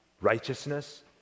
righteousness